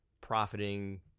profiting